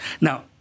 Now